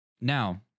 Now